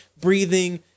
breathing